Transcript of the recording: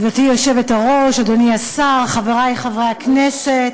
גברתי היושבת-ראש, אדוני השר, חברי חברי הכנסת,